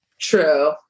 true